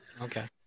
Okay